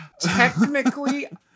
technically